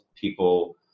people